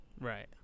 Right